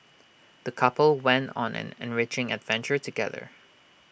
the couple went on an enriching adventure together